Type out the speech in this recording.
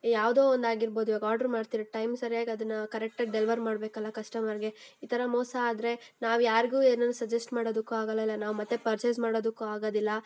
ಯಾವುದೋ ಒಂದು ಆಗಿರ್ಬೋದು ಇವಾಗ ಆಡ್ರ್ ಮಾಡ್ತಿರೋ ಟೈಮ್ಗೆ ಸರ್ಯಾಗಿ ಅದನ್ನು ಕರೆಕ್ಟಾಗಿ ಡೆಲ್ವರ್ ಮಾಡಬೇಕಲ್ಲ ಕಸ್ಟಮರ್ಗೆ ಈ ಥರ ಮೋಸ ಆದರೆ ನಾವು ಯಾರಿಗೂ ಏನೂ ಸಜೆಸ್ಟ್ ಮಾಡೋದಕ್ಕೂ ಆಗಲ್ವಲ್ಲ ನಾವು ಮತ್ತು ಪರ್ಚೇಸ್ ಮಾಡೋದಕ್ಕೂ ಆಗೋದಿಲ್ಲ